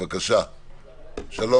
שלום